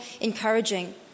encouraging